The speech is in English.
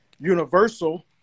Universal